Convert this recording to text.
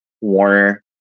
Warner